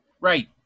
right